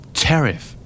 tariff